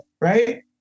right